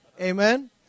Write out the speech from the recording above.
Amen